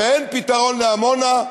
שאין פתרון לעמונה,